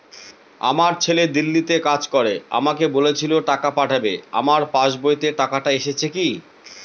আমার ছেলে দিল্লীতে কাজ করে আমাকে বলেছিল টাকা পাঠাবে আমার পাসবইতে টাকাটা এসেছে কি?